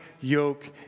yoke